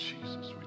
Jesus